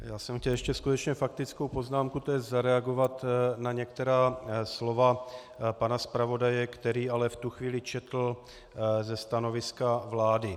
Já jsem chtěl ještě skutečně faktickou poznámku, tj. zareagovat na některá slova pana zpravodaje, který ale v tu chvíli četl ze stanoviska vlády.